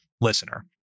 listener